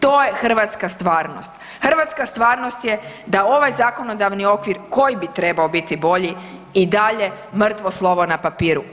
To je hrvatska stvarnost, hrvatska stvarnost je da ovaj zakonodavni okvir koji bi trebao biti bolji i dalje mrtvo slovo na papiru.